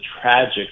tragic